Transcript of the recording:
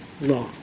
law